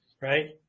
right